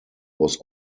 was